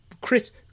Chris